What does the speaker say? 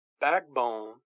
backbone